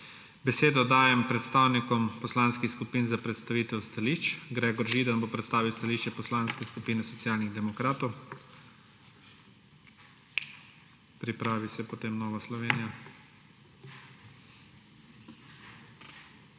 Besedo dajem predstavnikom poslanskih skupin za predstavitev stališč. Gregor Židan bo predstavil stališče Poslanske skupine Socialnih demokratov, pripravi se potem Nova Slovenija.